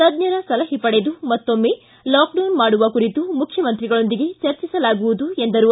ತಜ್ಞರ ಸಲಹೆ ಪಡೆದು ಮತ್ತೊಮ್ಮೆ ಲಾಕ್ಡೌನ್ ಮಾಡುವ ಕುರಿತು ಮುಖ್ಯಮಂತ್ರಿಗಳೊಂದಿಗೆ ಚರ್ಚಿಸಲಾಗುವುದು ಎಂದರು